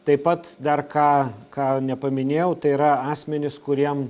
taip pat dar ką ką nepaminėjau tai yra asmenys kuriem